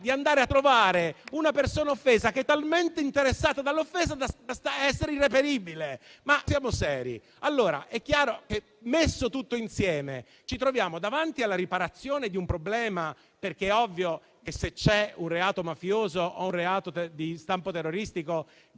di andare a trovare una persona offesa che è talmente interessata dall'offesa da essere irreperibile. Ma siamo seri! È chiaro che, messo tutto insieme, ci troviamo davanti alla riparazione di un problema, perché è ovvio che, se c'è un reato mafioso o di stampo terroristico,